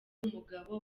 w’umugabo